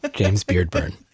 james beard burn.